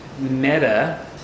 meta